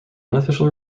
unofficial